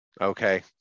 Okay